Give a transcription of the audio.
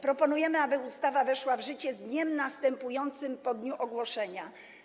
Proponujemy, aby ustawa weszła w życie z dniem następującym po dniu ogłoszenia.